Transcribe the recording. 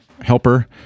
helper